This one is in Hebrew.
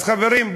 אז חברים,